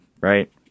right